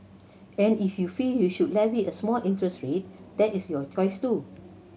and if you feel you should levy a small interest rate that is your choice too